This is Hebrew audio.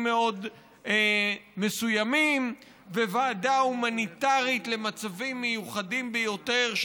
מאוד מסוימים וועדה הומניטרית למצבים מיוחדים ביותר,